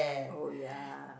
oh ya